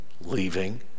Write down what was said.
leaving